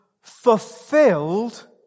fulfilled